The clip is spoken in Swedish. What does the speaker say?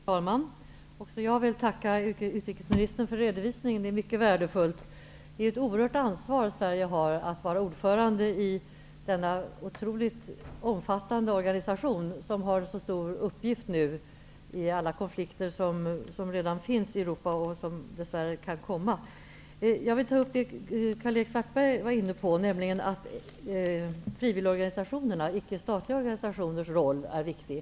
Herr talman! Också jag vill tacka utrikesministern för redovisningen. Den är mycket värdefull. Det är ett oerhört ansvar som Sverige har att vara ordförande i denna otroligt omfattande organisation, som har en så stor uppgift nu i alla de konflikter som redan finns i Europa och som dess värre kan komma. Jag vill ta upp det som Karl-Erik Svartberg var inne på, nämligen att frivilligorganisationernas, ickestatliga organisationers, roll är viktig.